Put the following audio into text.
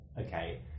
okay